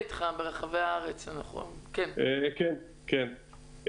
קודם כול,